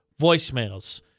voicemails